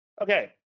Okay